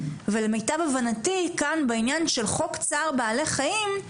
ולמיטב הבנתי כאן בעניין של חוק צער בעלי חיים,